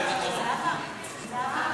חברים,